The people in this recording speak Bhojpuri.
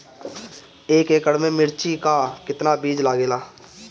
एक एकड़ में मिर्चा का कितना बीज लागेला?